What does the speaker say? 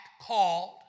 called